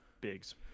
Biggs